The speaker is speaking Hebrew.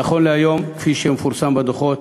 נכון להיום, כפי שמפורסם בדוחות,